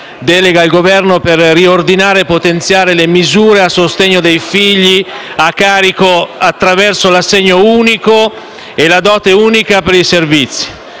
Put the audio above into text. delega al Governo per riordinare e potenziare le misure a sostegno dei figli a carico attraverso l'assegno unico e la dote unica per i servizi,